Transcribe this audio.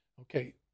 okay